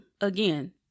again